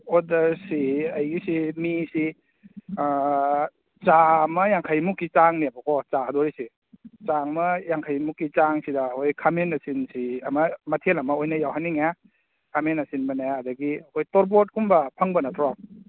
ꯑꯣꯗꯔꯁꯤ ꯑꯩꯒꯤꯁꯦ ꯃꯤꯁꯦ ꯆꯥꯃ ꯌꯥꯡꯈꯩꯃꯨꯛꯀꯤ ꯆꯥꯡꯅꯦꯕ ꯆꯥꯗꯣꯏꯁꯦ ꯆꯥꯃ ꯌꯥꯡꯈꯩꯃꯨꯛꯀꯤ ꯆꯥꯡꯁꯤꯗ ꯑꯈꯣꯏ ꯈꯥꯃꯦꯟ ꯑꯁꯤꯟꯕꯁꯤ ꯑꯃ ꯃꯊꯦꯜ ꯑꯃ ꯑꯣꯏꯅ ꯌꯥꯎꯍꯟꯅꯤꯡꯉꯦ ꯈꯥꯃꯦꯟ ꯑꯁꯤꯟꯕꯅꯦ ꯑꯗꯨꯗꯒꯤ ꯑꯩꯈꯣꯏ ꯇꯣꯔꯕꯣꯠꯀꯨꯝꯕ ꯐꯪꯕ ꯅꯠꯇ꯭ꯔꯣ